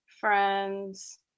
friends